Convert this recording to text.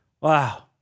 Wow